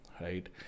right